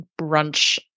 brunch